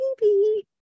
baby